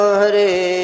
Hare